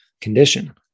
condition